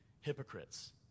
hypocrites